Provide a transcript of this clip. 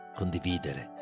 condividere